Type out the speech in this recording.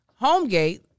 Homegate